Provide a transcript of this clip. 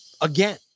again